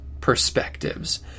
perspectives